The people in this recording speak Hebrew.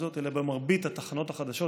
במרבית התחנות החדשות,